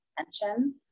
attention